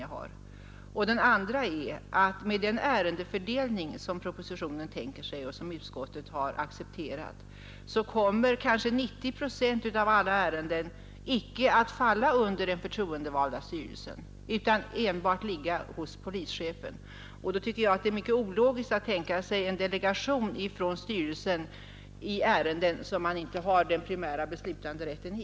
För det andra kommer, med den ärendefördelning som propositionen tänker sig och som utskottet har accepterat, kanske 90 procent av alla ärenden icke att falla under den förtroendevalda styrelsen utan enbart ligga hos polischefen. Då tycker jag att det är mycket ologiskt att tänka sig en delegation ifrån styrelsen i ärenden som den inte har den primära beslutanderätten i.